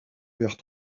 vers